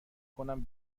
کنم